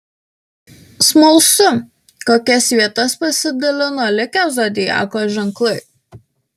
smalsu kokias vietas pasidalino likę zodiako ženklai